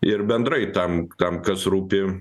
ir bendrai tam tam kas rūpi